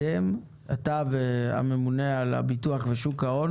אתה והממונה על הביטוח ושוק ההון